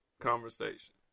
conversation